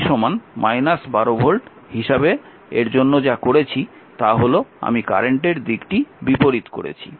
আমি V 12 volt হিসাবে এর জন্য যা করেছি তা হল আমি কারেন্টের দিকটি বিপরীত করেছি